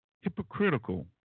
hypocritical